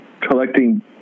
Collecting